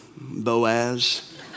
Boaz